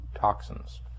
toxins